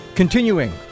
Continuing